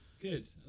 good